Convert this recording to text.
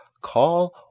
call